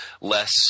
less